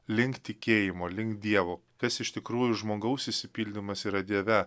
link tikėjimo link dievo kas iš tikrųjų žmogaus išsipildymas yra dieve